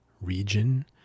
region